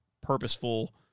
purposeful